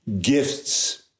gifts